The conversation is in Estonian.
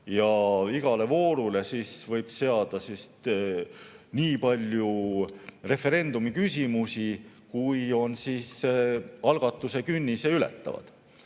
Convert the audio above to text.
Ja igale voorule võib seada nii palju referendumiküsimusi, kui algatuse künnise ületavad.